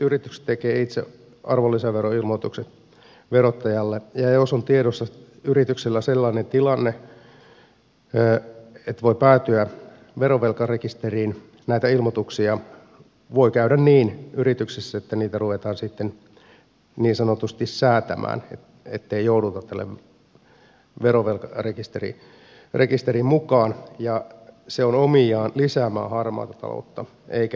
yritykset tekevät itse arvonlisäveroilmoitukset verottajalle ja jos on tiedossa yrityksellä sellainen tilanne että näitä ilmoituksia voi päätyä verovelkarekisteriin voi käydä niin yrityksessä että niitä ruvetaan sitten niin sanotusti säätämään ettei jouduta tähän verovelkarekisteriin mukaan ja se on omiaan lisäämään harmaata taloutta eikä estämään